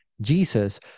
Jesus